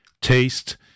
taste